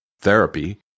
therapy